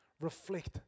reflect